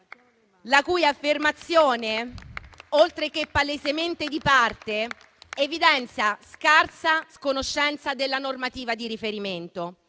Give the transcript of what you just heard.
Sottosegretario, oltre che palesemente di parte, evidenzia scarsa conoscenza della normativa di riferimento.